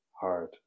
hard